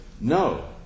No